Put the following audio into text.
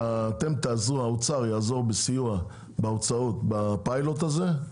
האוצר יעזור בסיוע בהוצאות לפיילוט הזה,